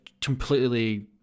completely